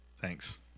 Thanks